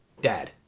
DAD